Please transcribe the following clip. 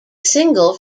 single